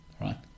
right